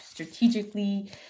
strategically